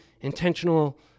intentional